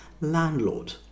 landlord